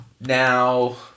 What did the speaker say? now